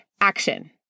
action